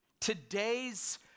Today's